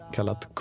Kallat